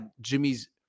Jimmy's –